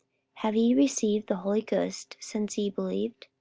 have ye received the holy ghost since ye believed?